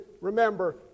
remember